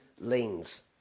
lanes